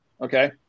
okay